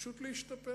להשתפר.